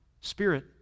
Spirit